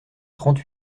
trente